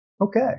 Okay